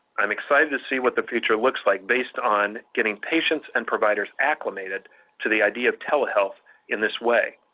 i'm excited to see what the future looks like based on getting patients and providers acclimated to the idea of telehealth in this way.